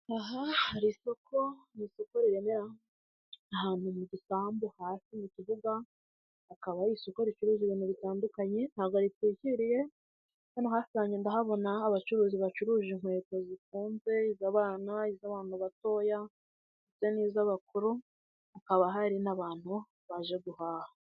Aha hari isoko mu isoko rirebera ahantu mu gisambu hasi mu kibuga, hakaba ari isoko ricuruza ibintu bitandukanyepaga ritwikiriye hano hahasangenda ndahabona abacuruzi bacuruza inkweto zifuzwe yahize abana z'abana batoya n'iz'abakuru hakaba hari n'abantu baje guhaha.